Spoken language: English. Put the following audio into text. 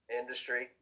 industry